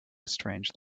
strange